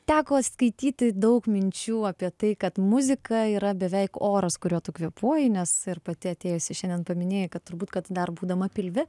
teko skaityti daug minčių apie tai kad muzika yra beveik oras kuriuo tu kvėpuoji nes ir pati atėjusi šiandien paminėjai kad turbūt kad dar būdama pilve